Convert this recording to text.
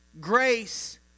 grace